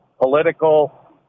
political